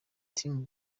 team